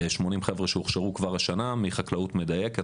80 חבר'ה שהוכשרו מחקלאות מדייקת,